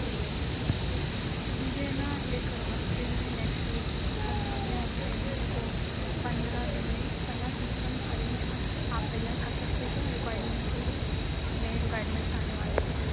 جی اچھی بات ہے مجھے نا ایک ہفتے میں نیکسٹ ویک مطلب اگلے ہفتے میں میرے کو پندرہ دِن میں پندرہ سِسٹمز ارینج آپ تیار کر سکتے کیا ریکوائرمنٹس کے لیے نئے ریکوائرمنٹس آنے والے تھے